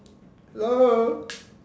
hello